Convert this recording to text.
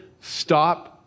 stop